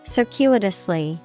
Circuitously